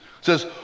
says